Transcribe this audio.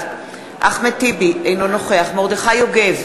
בין שמדובר בפצעי הימין,